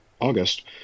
August